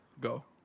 go